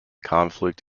conflict